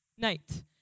night